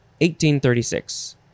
1836